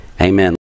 Amen